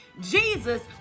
Jesus